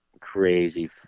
crazy